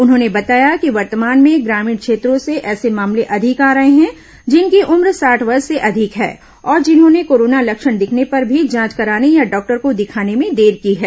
उन्होंने बताया कि वर्तमान में ग्रामीण क्षेत्रों से ऐसे मामले अधिक आ रहे हैं जिनकी उम्र साठ वर्ष से अधिक है और जिन्होंने कोरोना लक्षण दिखने पर भी जांच कराने या डॉक्टर को दिखाने में देर की है